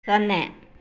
ಸೊನ್ನೆ